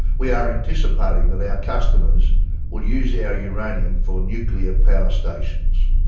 we are anticipating that our customers will use yeah our uranium for nuclear power stations.